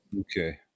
Okay